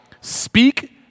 speak